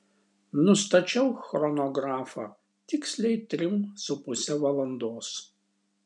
nustačiau chronografą tiksliai trim su puse valandos